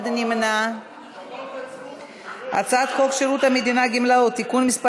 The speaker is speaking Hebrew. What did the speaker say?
להעביר את הצעת חוק שירות המדינה (גמלאות) (תיקון מס'